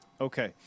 Okay